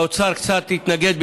האוצר קצת התנגד,